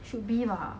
should be bah